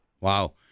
Wow